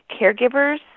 Caregivers